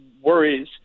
worries